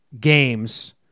games